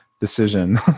decision